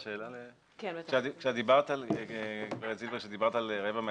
כשדיברת על רבע מהדיונים,